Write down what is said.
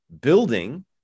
building